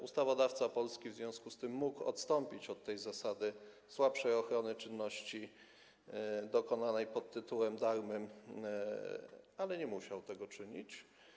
Ustawodawca polski w związku z tym mógł odstąpić od tej zasady słabszej ochrony czynności dokonanej pod tytułem darmym, ale nie musiał tego czynić.